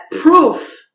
proof